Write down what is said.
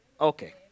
Okay